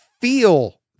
feel-